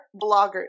bloggers